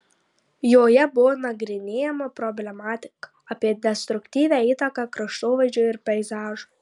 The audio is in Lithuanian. joje buvo nagrinėjama problematika apie destruktyvią įtaką kraštovaizdžiui ir peizažui